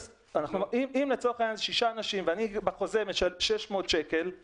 אם לצורך העניין מדובר בשישה אנשים ובחוזה אני קובע 600 שקלים,